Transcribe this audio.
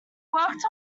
worked